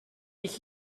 ich